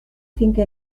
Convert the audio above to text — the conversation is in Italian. finché